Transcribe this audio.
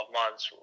months